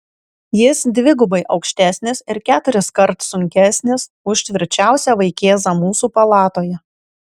jis dvigubai aukštesnis ir keturiskart sunkesnis už tvirčiausią vaikėzą mūsų palatoje